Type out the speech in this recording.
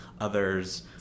Others